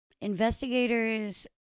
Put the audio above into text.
Investigators